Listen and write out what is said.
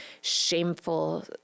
shameful